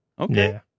Okay